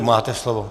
Máte slovo.